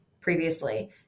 previously